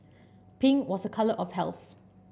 pink was a colour of health